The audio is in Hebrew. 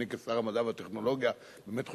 אני כשר המדע והטכנולוגיה חושב